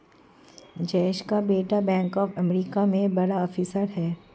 जयेश का बेटा bank of America में बड़ा ऑफिसर है